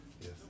Yes